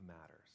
matters